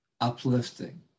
uplifting